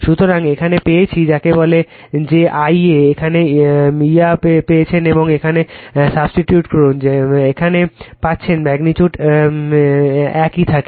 সুতরাং এখানে পেয়েছি যাকে বলে যে Ia এখানে ইয়া পেয়েছেন এবং এখানে সাবস্টিটিউট করুন এখানে পাচ্ছেন ম্যাগ্নিটিউড একই থাকে